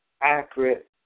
accurate